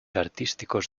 artísticos